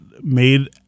made